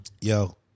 Yo